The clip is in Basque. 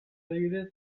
adibidez